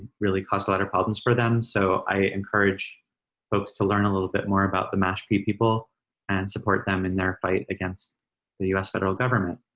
really cause a lot of problems for them. so i encourage folks to learn a little bit more about the mashpee people and support them in their fight against the u s. federal government.